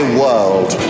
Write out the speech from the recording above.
world